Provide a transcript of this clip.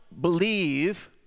believe